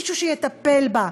מישהו שיטפל בה,